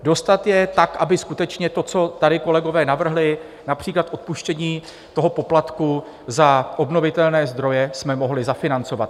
Dostat je tak, aby skutečně to, co tady kolegové navrhli, například odpuštění poplatku za obnovitelné zdroje, jsme mohli zafinancovat.